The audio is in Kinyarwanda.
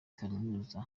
kaminuza